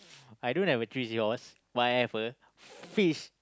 I don't have a three seahorse but I have a fish